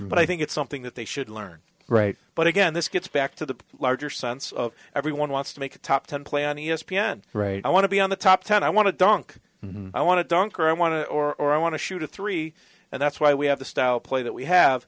but i think it's something that they should learn right but again this gets back to the larger sense of everyone wants to make a top ten play on e s p n right i want to be on the top ten i want to dunk i want to dunk or i want to or i want to shoot a three and that's why we have the style of play that we have